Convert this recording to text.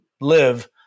live